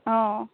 অ